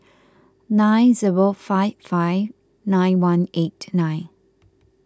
nine zero five five nine one eight nine